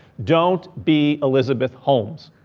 don't be elizabeth holmes.